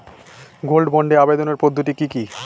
Gold বন্ডে আবেদনের পদ্ধতিটি কি?